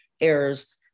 errors